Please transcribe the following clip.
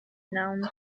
nouns